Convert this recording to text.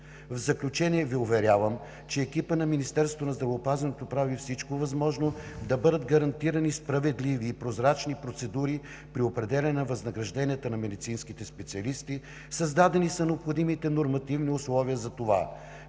В заключение Ви уверявам, че екипът на Министерството на здравеопазването прави всичко възможно да бъдат гарантирани справедливи и прозрачни процедури при определяне на възнагражденията на медицинските специалисти. Създадени са необходимите нормативни условия за това.